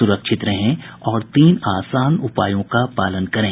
सुरक्षित रहें और इन तीन आसान उपायों का पालन करें